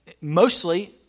Mostly